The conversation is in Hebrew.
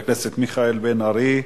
מיכאל בן-ארי,